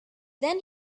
then